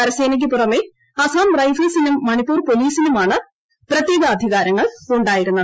കരസേനയ്ക്ക് പുറമെ ആസാം റൈഫിൾസിനും മണിപ്പൂർ പോലീസിനുമാണ് പ്രത്യേക അധികാരങ്ങൾ ഉണ്ടായിരുന്നത്